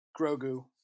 grogu